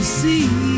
see